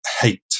hate